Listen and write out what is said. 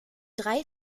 drei